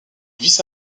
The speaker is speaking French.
vice